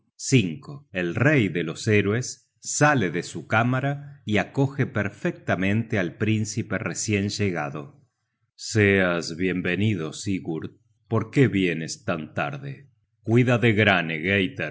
el rey de los héroes sale de su cámara y acoge perfectamente al príncipe recien llegado seas bien venido sigurd por qué vienes tan tarde cuida de